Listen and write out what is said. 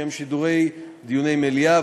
שהם שידור דיוני המליאה,